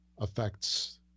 affects